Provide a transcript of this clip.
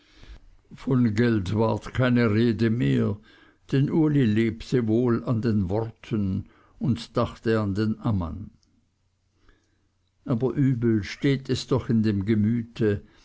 von geld war keine rede mehr denn uli lebte wohl an den worten und dachte an den ammann aber übel steht es doch in dem gemüte